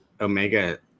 Omega